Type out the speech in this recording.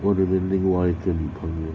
what do you mean 另外一个女朋友